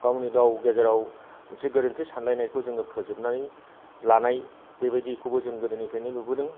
गावनो गाव गेजेराव मोनसे गोरोन्थि सानलायनायखौ जोङो फोजोबनानै लानाय बेबायदिखौबो जों गोदोनिफ्रायनो नुबोदों